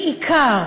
בעיקר